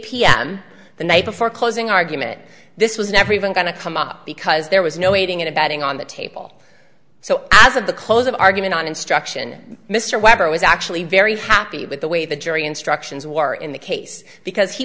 pm the night before closing argument this was never even going to come up because there was no aiding and abetting on the table so as of the closing argument on instruction mr weber was actually very happy with the way the jury instructions were in the case because he